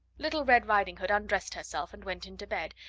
little red riding-hood undressed herself and went into bed,